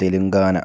Telangana